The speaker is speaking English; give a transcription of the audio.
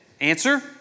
Answer